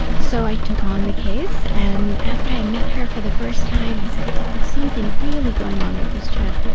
so i took on the case, and after i met her for the first time i said, no, there's something really going on with this child,